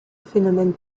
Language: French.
phénomène